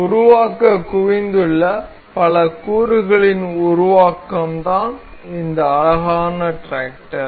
உருவாக்க குவிந்துள்ள பல கூறுகளின் உருவாக்கம் தான் இந்த அழகான டிராக்டர்